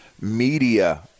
media